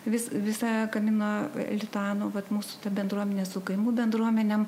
vis visa kamino lituano vat mūsų bendruomenės su kaimų bendruomenėm